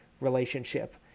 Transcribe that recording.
relationship